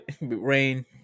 rain